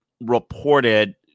reported